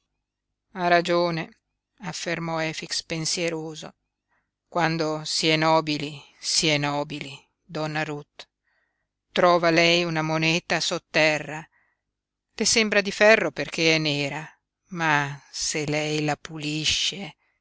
la regge ha ragione affermò efix pensieroso quando si è nobili si è nobili donna ruth trova lei una moneta sotterra le sembra di ferro perché è nera ma se lei la pulisce